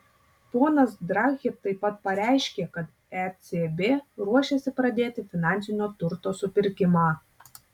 ponas draghi taip pat pareiškė kad ecb ruošiasi pradėti finansinio turto supirkimą